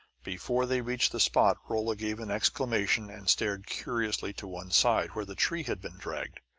before they reached the spot rolla gave an exclamation and stared curiously to one side, where the tree had been dragged.